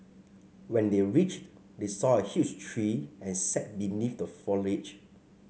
when they reached they saw a huge tree and sat beneath the foliage